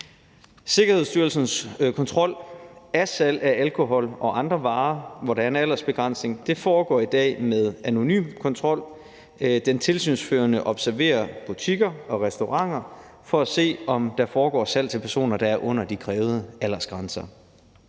Sikkerhedsstyrelsens kontrol af salg af alkohol og andre varer, der er en aldersbegrænsning på, foregår i dag ved anonym kontrol. Den tilsynsførende observerer butikker og restauranter for at se, om der foregår salg til personer, der er under de krævede aldersgrænser.